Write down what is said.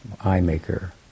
eye-maker